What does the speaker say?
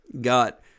Got